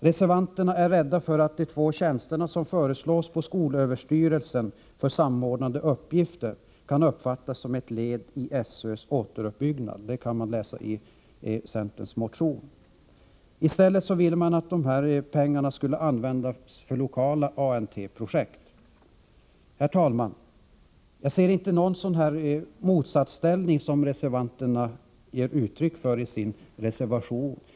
Reservanterna är rädda för att de två tjänsterna som föreslås på skolöverstyrelsen för samordnande uppgifter kan uppfattas som ett led i SÖ:s återuppbyggnad. Det kan man läsa ut av centerns motion. I stället vill man att pengarna skall användas för lokala ANT-projekt. Herr talman! Jag ser inte någon sådan motsatsställning som reservanterna ger uttryck för i sin reservation.